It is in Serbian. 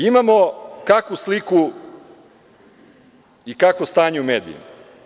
Imamo kakvu sliku i kakvo stanje u medijima.